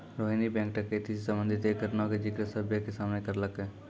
Rohini bank डकैती से संबंधित एक घटना के जिक्र सभ्भे के सामने करलकै